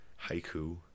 haiku